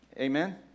Amen